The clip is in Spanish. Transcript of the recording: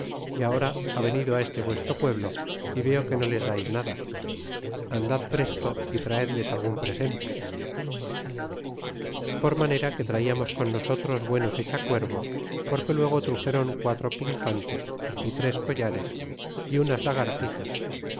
y ahora han venido á este vuestro pueblo y veo que no les dais nada andad presto y traedles algun presente por manera que traiamos con nosotros buenos echacuervos porque luego truxéron quatro pinjantes y tres collares y unas lagartijas